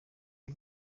uyu